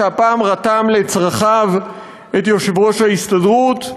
שהפעם רתם לצרכיו את יושב-ראש ההסתדרות,